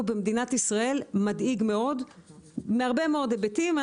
במדינת ישראל מדאיג מאוד מהרבה מאוד היבטים.